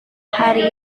hari